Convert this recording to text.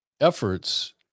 efforts